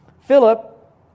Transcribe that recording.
Philip